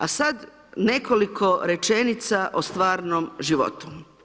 A sad nekoliko rečenica o stvarnom životu.